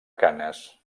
canes